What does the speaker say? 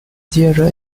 接着